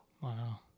Wow